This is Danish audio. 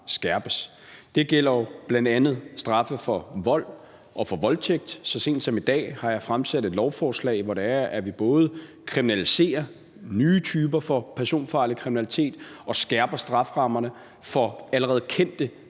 skærpes. Det gælder bl.a. straffe for vold og for voldtægt. Så sent som i dag har jeg fremsat et lovforslag, hvor vi både kriminaliserer nye typer af personfarlig kriminalitet og skærper strafferammerne for allerede kendte